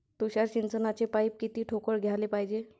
तुषार सिंचनाचे पाइप किती ठोकळ घ्याले पायजे?